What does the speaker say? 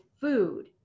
food